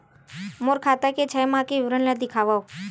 मोर खाता के छः माह के विवरण ल दिखाव?